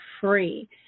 free